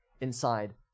inside